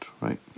right